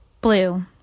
blue